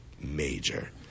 major